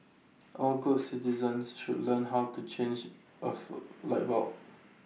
all good citizens should learn how to change of light bulb